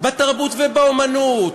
בתרבות ובאמנות,